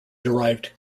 derived